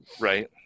right